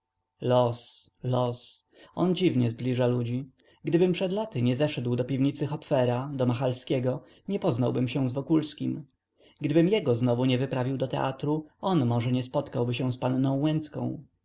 los los on dziwnie zbliża ludzi gdybym przed laty nie zeszedł do piwnicy hopfera do machalskiego nie poznałbym się z wokulskim gdybym jego znowu nie wyprawił do teatru on może nie spotkałby się z panną